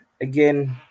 again